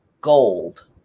gold